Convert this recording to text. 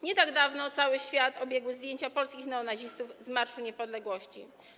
Nie tak dawno cały świat obiegły zdjęcia polskich neonazistów z Marszu Niepodległości.